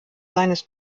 seines